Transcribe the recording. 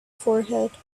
forehead